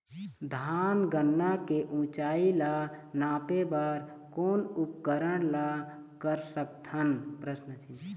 धान गन्ना के ऊंचाई ला नापे बर कोन उपकरण ला कर सकथन?